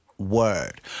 Word